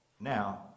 Now